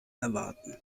erwarten